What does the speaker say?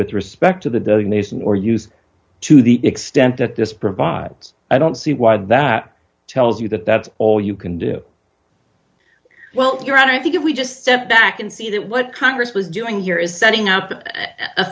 with respect to the designation or use to the extent that this provides i don't see why that tells you that that's all you can do well you're right i think if we just step back and see that what congress was doing here is setting up